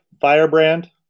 Firebrand